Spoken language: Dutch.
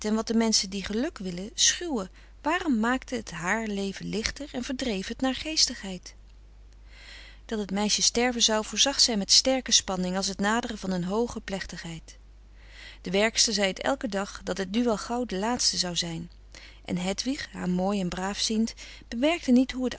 wat de menschen die geluk willen schuwen waarom maakte het haar leven lichter en verdreef het naargeestigheid dat het meisje sterven zou voorzag zij met sterke spanning als het naderen van een hooge plechtigheid de werkster zei het elken dag dat het nu wel gauw de laatste zou zijn en hedwig haar mooi en braaf ziend bemerkte niet hoe het